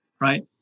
right